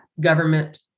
government